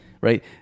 right